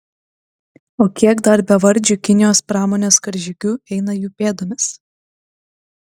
o kiek dar bevardžių kinijos pramonės karžygių eina jų pėdomis